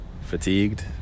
fatigued